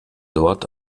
dort